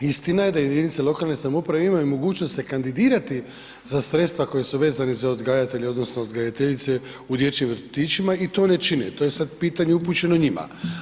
Istina je da jedinice lokalne samouprave imaju mogućnost se kandidirati za sredstva koji su vezani za odgajatelje odnosno odgajateljice u dječjim vrtićima i to one čine, to je sad pitanje upućeno njima.